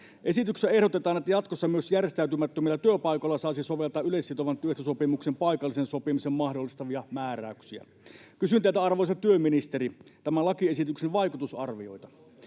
Esityksessä ehdotetaan, että jatkossa myös järjestäytymättömillä työpaikoilla saisi soveltaa yleissitovan työehtosopimuksen paikallisen sopimisen mahdollistavia määräyksiä. Kysyn teiltä, arvoisa työministeri, tämän lakiesityksen vaikutusarvioita.